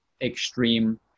extreme